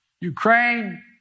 Ukraine